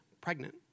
pregnant